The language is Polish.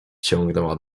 ciągnęła